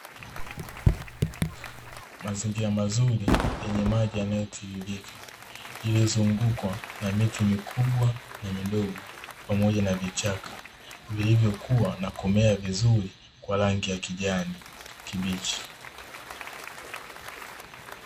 Mazingira mazuri yenye maji yanayotiririka iliyozungukwa na miti mikubwa na midogo pamoja na vichaka vilivyokua na kumea vizuri kwa rangi ya kijani kibichi.